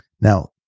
Now